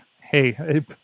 hey